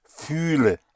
fühle